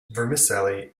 vermicelli